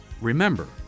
Remember